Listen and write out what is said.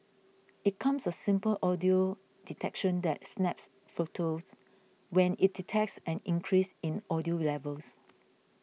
it comes a simple audio detection that snaps photos when it detects an increase in audio levels